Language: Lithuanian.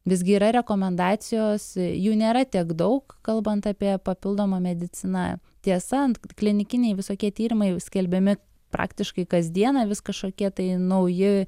visgi yra rekomendacijos jų nėra tiek daug kalbant apie papildomą mediciną tiesa klinikiniai visokie tyrimai skelbiami praktiškai kas dieną vis kažkokie tai nauji